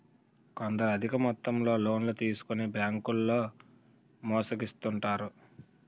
కొందరు అధిక మొత్తంలో లోన్లు తీసుకొని బ్యాంకుల్లో మోసగిస్తుంటారు